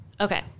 Okay